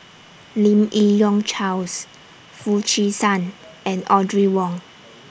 Lim Yi Yong Charles Foo Chee San and Audrey Wong